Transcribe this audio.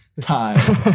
Time